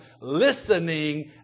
listening